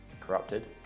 corrupted